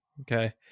Okay